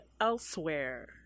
elsewhere